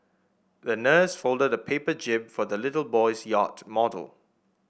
the nurse folded a paper jib for the little boy's yacht model